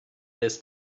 this